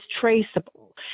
traceable